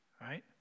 right